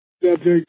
subject